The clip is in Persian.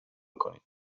کنید